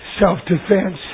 self-defense